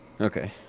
Okay